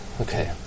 okay